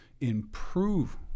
improve